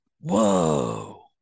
whoa